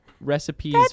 recipes